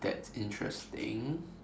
that's interesting